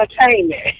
entertainment